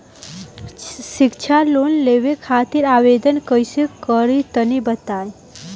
शिक्षा लोन लेवे खातिर आवेदन कइसे करि तनि बताई?